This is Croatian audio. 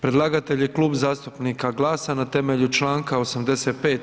Predlagatelj je Klub zastupnika GLAS-a na temelju čl. 85.